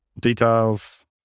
details